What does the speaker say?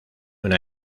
una